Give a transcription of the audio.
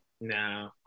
No